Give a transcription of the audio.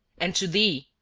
and to thee,